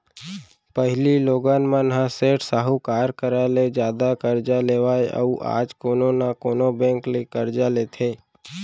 पहिली लोगन मन ह सेठ साहूकार करा ले जादा करजा लेवय अउ आज कोनो न कोनो बेंक ले करजा लेथे